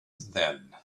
then